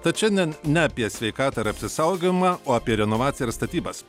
tad šiandien ne apie sveikatą ar apsisaugojimą o apie renovaciją ir statybas